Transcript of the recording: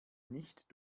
nicht